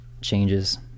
changes